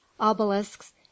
obelisks